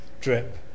drip